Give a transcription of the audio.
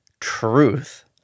truth